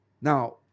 Now